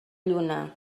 lluna